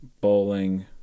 bowling